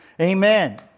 Amen